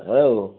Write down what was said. হ্যাঁ গো